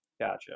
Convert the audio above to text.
Gotcha